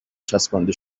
چسبانده